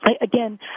Again